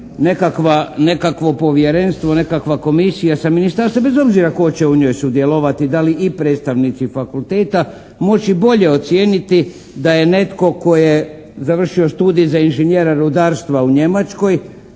nekakvo povjerenstvo, nekakva komisija sa ministarstvom, bez obzira tko će u njoj sudjelovati, da li i predstavnici fakulteta moći bolje ocijeniti da je netko tko je završio studij za inženjera rudarstva u Njemačkoj